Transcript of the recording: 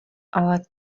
ale